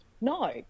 No